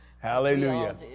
Hallelujah